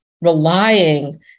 relying